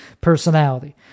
personality